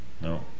No